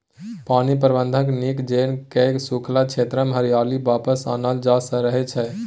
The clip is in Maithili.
पानि प्रबंधनकेँ नीक जेना कए सूखल क्षेत्रमे हरियाली वापस आनल जा रहल छै